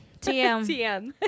TM